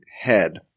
head